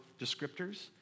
descriptors